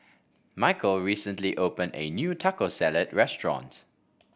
Micheal recently opened a new Taco Salad restaurant